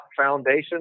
foundation